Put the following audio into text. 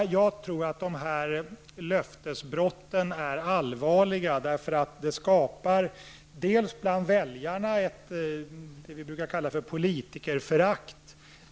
Jag tycker att dessa löftesbrott är allvarliga. Det skapar bland väljarna det vi brukar kalla för politikerförakt.